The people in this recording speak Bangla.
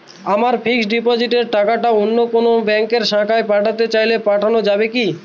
আমার ফিক্সট ডিপোজিটের টাকাটা অন্য কোন ব্যঙ্কের শাখায় পাঠাতে চাই পাঠানো যাবে কি?